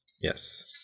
Yes